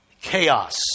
chaos